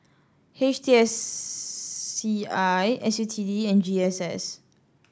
H T S C I S U T D and G S S